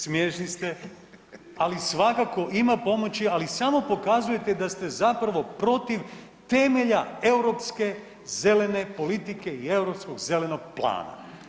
Smiješni ste, ali svakako ima pomoći ali samo pokazujete da ste zapravo protiv temelja europske zelene politike i europskog zelenog plana.